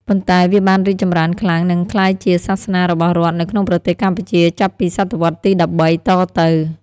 ប៉ុន្តែវាបានរីកចម្រើនខ្លាំង និងក្លាយជាសាសនារបស់រដ្ឋនៅក្នុងប្រទេសកម្ពុជាចាប់ពី សតវត្សរ៍ទី ១៣ តទៅ។